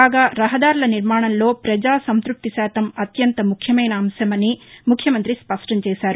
కాగా రహదారుల నిర్మాణంలో ప్రజా సంతృప్తి శాతం అత్యంత ముఖ్యమైన అంశమని స్పష్టంచేశారు